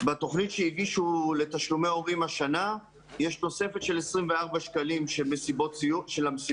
בתוכנית שהגישו לתשלומי ההורים השנה יש תוספת של 24 שקלים של המסיבות,